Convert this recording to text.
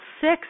six